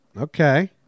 Okay